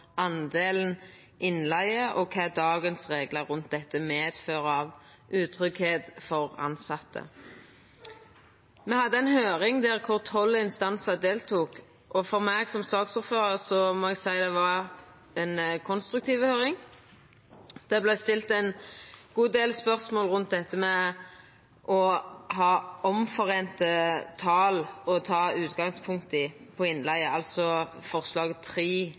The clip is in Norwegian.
og kva dagens reglar rundt dette fører med seg av utryggleik for tilsette. Me hadde ei høyring der tolv instansar deltok. For meg som saksordførar var det ei konstruktiv høyring. Det vart stilt ein god del spørsmål rundt det å ha avtalte tal å ta utgangspunkt i for innleige, altså forslag